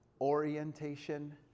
Orientation